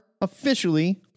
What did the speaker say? officially